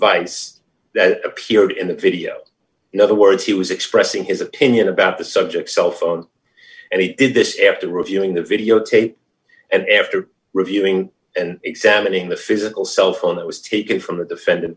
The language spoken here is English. device that appeared in the video in other words he was expressing his opinion about the subject cell phone and he did this after reviewing the videotape and after reviewing and examining the physical cellphone that was taken from the defendant